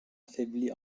affaiblit